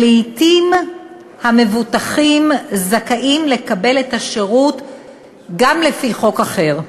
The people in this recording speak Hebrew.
לעתים המבוטחים זכאים לקבל את השירות גם לפי חוק אחר,